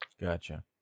gotcha